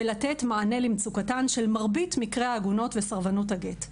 ולתת מענה למצוקתן של מרבית מקרי העגונות וסרבנות הגט.